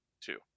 two